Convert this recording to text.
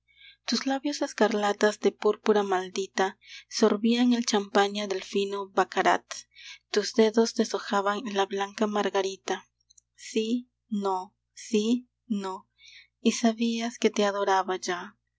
tus labios escarlatas de púrpura maldita sorbían el champaña del fino baccarat tus dedos deshojaban la blanca margarita sí no sí no y sabías que te adoraba ya